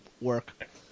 work